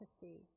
see